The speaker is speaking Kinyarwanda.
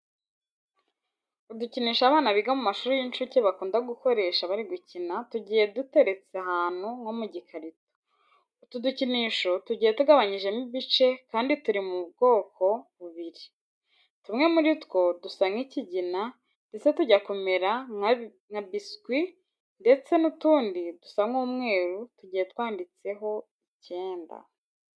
Udukinisho abana biga mu mashuri y'inshuke bakunda gukoresha bari gukina tugiye duteretse ahantu nko mu gikarito. Utu dukinisho tugiye tugabanyijemo ibice kandi turi mu bwoko bubiri. Tumwe muri two dusa nk'ikigina ndetse tujya kumera nka biswi ndetse n'utundi dusa nk'umweru tugiye twanditseho icyenda.